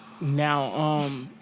now